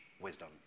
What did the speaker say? wisdom